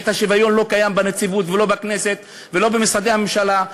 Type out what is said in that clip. והשוויון לא קיים בנציבות ולא בכנסת ולא במשרדי הממשלה,